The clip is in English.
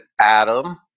Adam